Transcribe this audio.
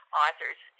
authors